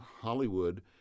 Hollywood